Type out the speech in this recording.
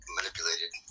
manipulated